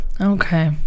Okay